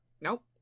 nope